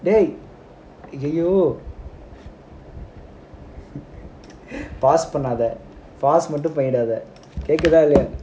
dey !aiyo! pause பண்ணாத:pannaatha pause மட்டும் பண்ணிடாத கேட்க்குதா இல்லையா:mattum pannidaathaa kekkuthaa illaiyaa